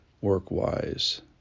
work-wise